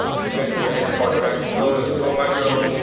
regenerative agriculture and actually building the soil microbes.